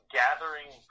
Gathering